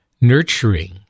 nurturing